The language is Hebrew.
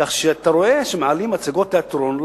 כך שאתה רואה שמעלים הצגות תיאטרון,